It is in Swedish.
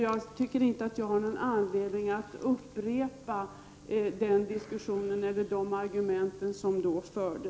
Jag tycker inte att jag har någon anledning att upprepa de argument som hon då framförde.